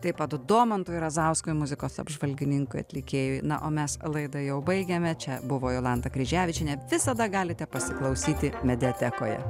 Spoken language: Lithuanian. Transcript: taip pat domantui razauskui muzikos apžvalgininkui atlikėjui na o mes laida jau baigiame čia buvo jolantą kryževičienę visada galite pasiklausyti mediatekoje